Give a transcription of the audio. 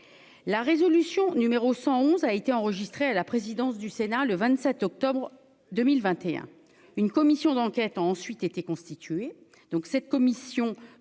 la résolution numéro 111 a été enregistrée à la présidence du Sénat le 27 octobre 2021, une commission d'enquête a ensuite été constituée donc cette commission